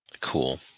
Cool